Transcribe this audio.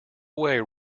away